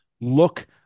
look